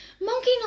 Monkey